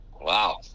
Wow